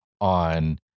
on